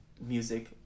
music